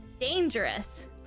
Dangerous